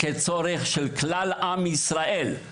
של כלל עם ישראל.